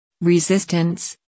resistance